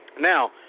Now